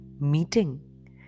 meeting